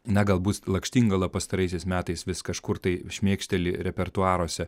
na galbūt lakštingala pastaraisiais metais vis kažkur tai šmėkšteli repertuaruose